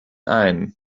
ein